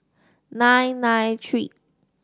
nine nine three